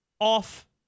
off